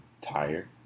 tired